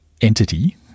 entity